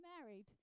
married